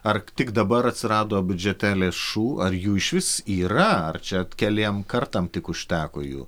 ar tik dabar atsirado biudžete lėšų ar jų išvis yra ar čia keliem kartam tik užteko jų